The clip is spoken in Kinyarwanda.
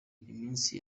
iminsi